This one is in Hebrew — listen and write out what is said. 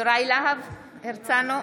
יוראי להב הרצנו,